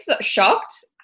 shocked